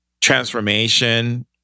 transformation